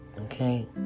Okay